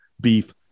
Beef